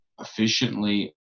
efficiently